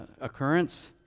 Occurrence